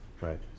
right